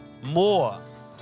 more